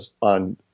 on